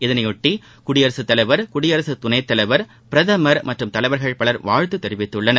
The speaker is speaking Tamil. இதனையொட்டி குடியரசுத் தலைவர் குடியரசு துணைத்தலைவர் பிரதமர் மற்றும் தலைவர்கள் பலர் வாழ்த்து தெரிவித்துள்ளனர்